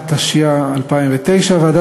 אחת שכרוכה בהצבעה והודעה